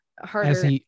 harder